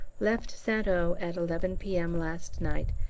left st o. at eleven p m. last night,